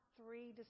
three